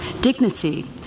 Dignity